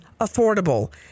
affordable